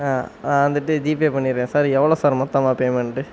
நான் வந்துவிட்டு ஜிபே பண்ணிட்றேன் சார் எவ்வளோ சார் மொத்தமாக பேமெண்ட்டு